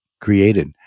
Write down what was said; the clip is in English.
created